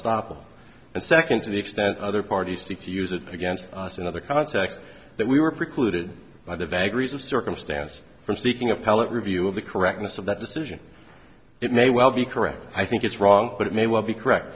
estoppel and second to the extent other parties seek to use it against us in other contexts that we were precluded by the vagaries of circumstance from seeking appellate review of the correctness of that decision it may well be correct i think it's wrong but it may well be correct